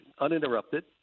uninterrupted